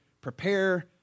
prepare